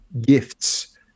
gifts